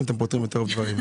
אם אתם פותרים יותר דברים.